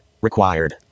required